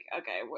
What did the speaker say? okay